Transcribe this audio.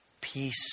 Peace